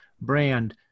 brand